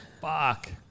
Fuck